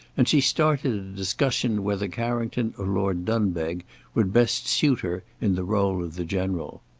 and she started a discussion whether carrington or lord dunbeg would best suit her in the role of the general.